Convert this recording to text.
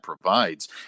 provides